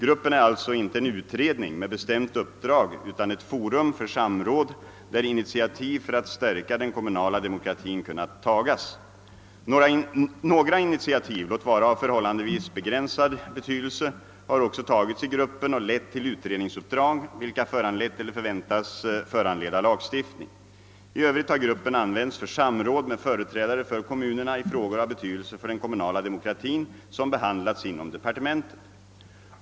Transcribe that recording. Gruppen är alltså inte en utredning med bestämt uppdrag utan ett forum för samråd där initiativ för att stärka den kommunala demokratin kunnat tagas. Några intitiativ, låt vara av förhållandevis begränsad betydelse, har också tagits i gruppen och lett till utredningsuppdrag vilka föranlett eller väntas föranleda lagstiftning. I övrigt har gruppen använts för samråd med företrädare för kommunerna i frågor av betydelse för den kommunala demokratin som behandlats inom departementet.